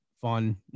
fun